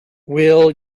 will